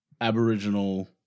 Aboriginal